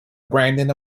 brandon